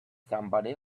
somebody